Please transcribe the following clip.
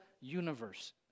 universe